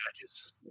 judges